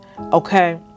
okay